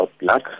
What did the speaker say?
luck